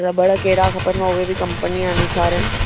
रबड़ कहिड़ा खपनि उहे बि कंपनीअ जे अनुसार आहिनि